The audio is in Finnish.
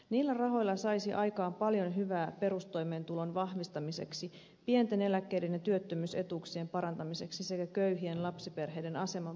niillä rahoilla saisi aikaan paljon hyvää perustoimeentulon vahvistamiseksi pienten eläkkeiden ja työttömyysetuuksien parantamiseksi sekä köyhien lapsiperheiden aseman parantamiseksi